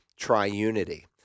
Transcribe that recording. triunity